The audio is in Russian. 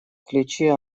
ключи